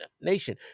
nation